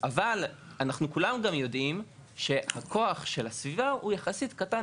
אבל אנחנו כולם גם יודעים שהכוח של הסביבה הוא יחסית קטן,